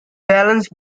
balance